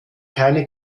keine